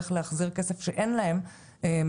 על איך להחזיר כסף שאין להם מהמדינה.